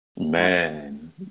man